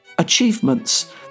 achievements